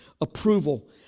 approval